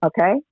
okay